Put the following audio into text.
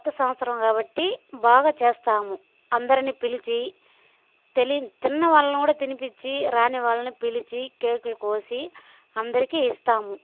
కొత్త సంవత్సరం కాబట్టి బాగా చేస్తాము అందరిని పిలిచి తెలియని తిన్న వాళ్ళను కూడా తినిపించి రాని వాళ్ళని పిలిచి కేకులు కోసి అందరికీ ఇస్తాము